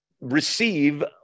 receive